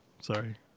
sorry